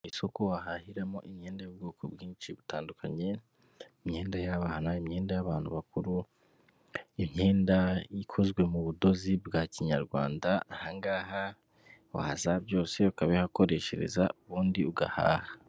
Isoko wahahiramo imyenda y'ubwoko bwinshi butandukanye, imyenda y'abana, imyenda y'abantu bakuru, imyenda ikozwe mu budozi bwa kinyarwanda, ahangaha waza byose ukabihakoreshereza ubundi ugahaha.